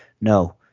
no